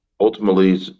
Ultimately